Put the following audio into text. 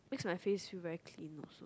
makes my face very clean actually